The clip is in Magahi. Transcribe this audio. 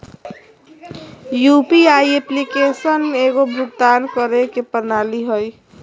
यु.पी.आई एप्लीकेशन एगो भुक्तान करे के प्रणाली हइ